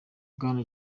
bwana